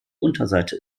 unterseite